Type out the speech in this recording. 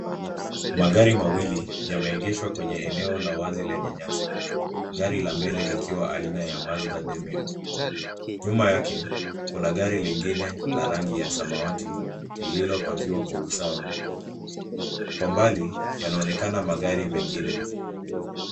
Magari mawili yameegeshwa kwenye eneo la wazi lenye nyasi, gari la mbele likiwa aina ya Mazda Demio. Nyuma yake, kuna gari lingine la rangi ya samawati lililopakiwa kwa usawa. Kwa mbali, yanaonekana magari mengine.